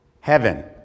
Heaven